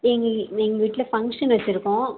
எங்கள் எங்கள் வீட்டில் ஃபங்க்ஷன் வச்சுருக்கோம்